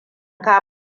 ka